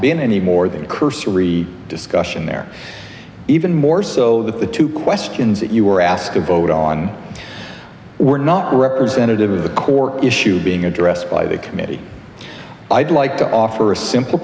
been any more than a cursory discussion there even more so that the two questions that you were asked to vote on were not representative of the core issue being addressed by the committee i'd like to offer a simple